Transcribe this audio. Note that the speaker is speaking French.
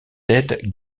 ted